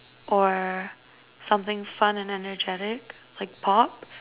or something fun and energetic like pop